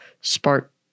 spark